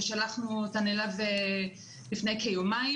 ושלחנו אותן אליו לפני כיומיים.